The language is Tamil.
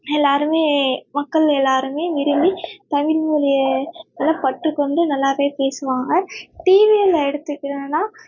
எல்லாேருமே மக்கள் எல்லாேருமே விரும்பி தமிழ் மொழியை நல்லா கற்றுக்கொண்டு நல்லா போய் பேசுவாங்க டிவியில் எடுத்துக்கிட்டோம்னால்